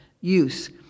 use